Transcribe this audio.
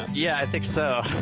yeah, i think so.